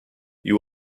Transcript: you